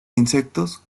insectos